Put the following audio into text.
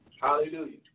Hallelujah